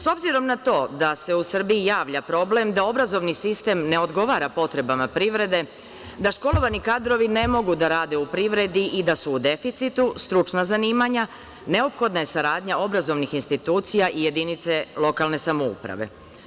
S obzirom na to da se u Srbiji javlja problem da obrazovni sistem ne odgovara potrebama privrede, da školovani kadrovi ne mogu da rade u privredi i da su u deficitu stručna zanimanja, neophodna je saradnja obrazovnih institucija i jedinice lokalne samouprave.